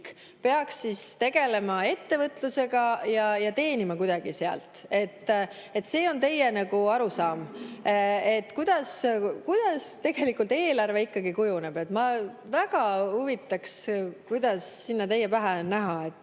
peaks siis tegelema ettevõtlusega ja teenima kuidagi sealt. See on teie arusaam. Kuidas tegelikult eelarve ikkagi kujuneb? Mind väga huvitaks, kuidas sinna teie pähe näha